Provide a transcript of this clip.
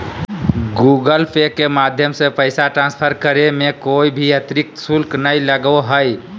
Google Pay के माध्यम से पैसा ट्रांसफर करे मे कोय भी अतरिक्त शुल्क नय लगो हय